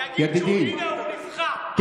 נגיד שהינה, הוא נבחר, ידידי.